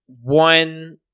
One